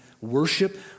worship